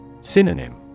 Synonym